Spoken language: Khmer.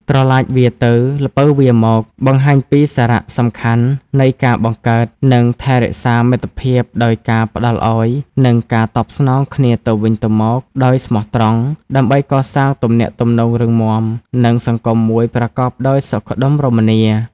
ប្រឡាចវារទៅ ល្ពៅវារមក បង្ហាញពីសារៈសំខាន់នៃការបង្កើត និងថែរក្សាមិត្តភាពដោយការផ្តល់ឲ្យ និងការតបស្នងគ្នាទៅវិញទៅមកដោយស្មោះត្រង់ ដើម្បីកសាងទំនាក់ទំនងរឹងមាំ និងសង្គមមួយប្រកបដោយសុខដុមរមនា។